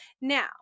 Now